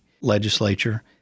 legislature